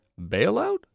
bailout